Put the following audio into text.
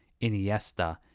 Iniesta